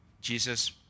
Jesus